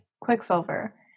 Quicksilver